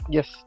Yes